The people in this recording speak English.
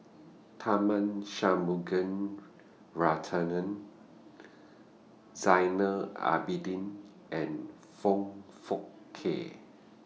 Tharman Shanmugaratnam Zainal Abidin and Foong Fook Kay